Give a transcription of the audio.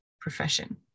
profession